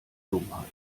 dummheit